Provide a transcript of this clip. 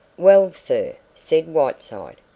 well, sir, said whiteside,